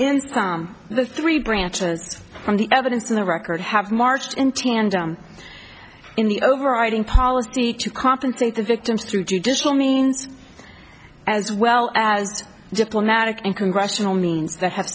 the three branches from the evidence in the record have marched in tandem in the overriding policy to compensate the victims through judicial means as well as diplomatic and congressional means that ha